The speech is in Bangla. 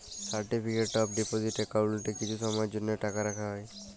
সার্টিফিকেট অফ ডিপজিট একাউল্টে কিছু সময়ের জ্যনহে টাকা রাখা হ্যয়